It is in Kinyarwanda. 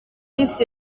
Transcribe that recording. peace